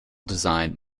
design